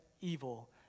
evil